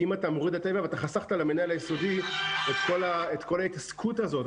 ואם אתה מוריד את זה אתה חסכת למנהל היסודי את כל ההתעסקות הזאת,